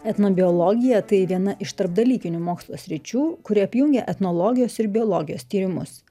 etnobiologija tai viena iš tarpdalykinių mokslo sričių kuri apjungia etnologijos ir biologijos tyrimus